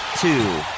two